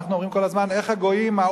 אמנה כמה